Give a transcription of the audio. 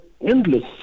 endless